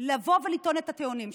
לבוא ולטעון את הטיעונים שלך.